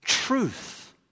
truth